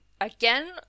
Again